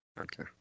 Okay